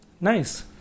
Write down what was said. Nice